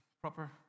proper